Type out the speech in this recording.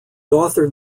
authored